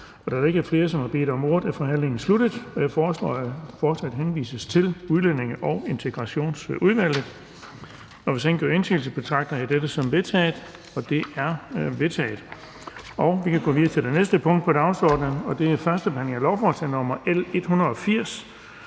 der ikke er flere, som har bedt om ordet, er forhandlingen sluttet. Jeg foreslår, at forslaget henvises til Udlændinge- og Integrationsudvalget. Hvis ingen gør indsigelse, betragter jeg dette som vedtaget. Det er vedtaget. --- Det næste punkt på dagsordenen er: 12) 1. behandling af lovforslag nr. L 180: